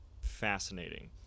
fascinating